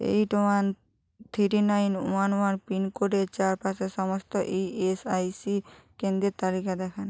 eight one three nine one one পিনকোডের চারপাশে সমস্ত ইএসআইসি কেন্দ্রের তালিকা দেখান